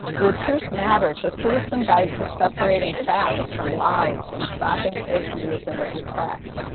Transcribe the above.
the truth matters a citizen's guide to separating facts from lies and stopping fake news in its tracks,